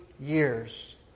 years